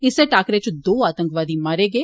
इस्सै टाकरे च दो आतंकवादी मारे गे